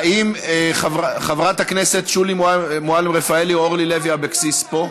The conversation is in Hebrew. האם חברת הכנסת שולי מועלם-רפאלי או אורלי לוי אבקסיס פה?